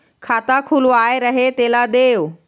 खाता खुलवाय रहे तेला देव?